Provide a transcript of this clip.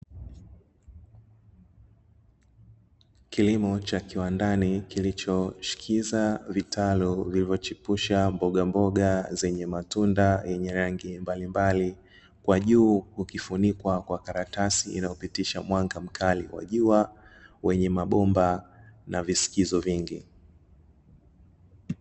Kilimo cha kiwandani kilicho shikiza vitalo vilivyochipusha mboga mboga zenye matunda yenye rangi mbalimbali. Kwa juu ukifunikwa kwa karatasi inayopitisha mwanga mkali kwa jua wenye mabomba na visikizo vingi.